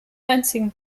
einzigen